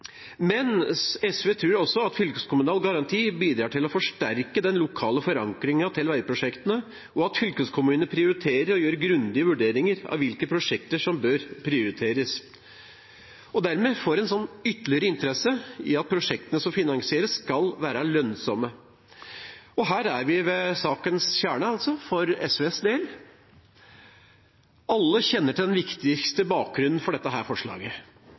men SV tror også at fylkeskommunal garanti bidrar til å forsterke den lokale forankringen til veiprosjektene, og at fylkeskommunene prioriterer og gjør grundige vurderinger av hvilke prosjekter som bør prioriteres, og dermed får en ytterligere interesse i at prosjektene som finansieres, skal være lønnsomme. Her er vi ved sakens kjerne for SVs del. Alle kjenner til den viktigste bakgrunnen for dette forslaget,